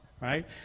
Right